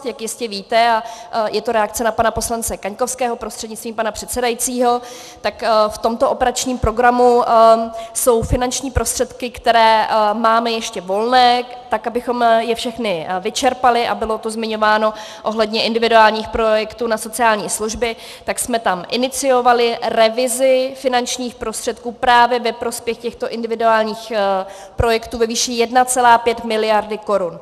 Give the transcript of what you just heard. Jak jistě víte a je to reakce na pana poslance Kaňkovského prostřednictvím pana předsedajícího tak v tomto operačním programu jsou finanční prostředky, které máme ještě volné, tak abychom je všechny vyčerpali, a bylo to zmiňováno ohledně individuálních projektů na sociální služby, tak jsme tam iniciovali revizi finančních prostředků právě ve prospěch těchto individuálních projektů ve výši 1,5 mld. korun.